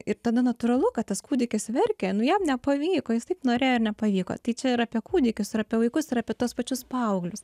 ir tada natūralu kad tas kūdikis verkia nu jam nepavyko jis taip norėjo ir nepavyko tai čia ir apie kūdikius ir apie vaikus ir apie tuos pačius paauglius